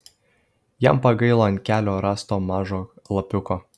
jam pagailo ant kelio rasto mažo lapiuko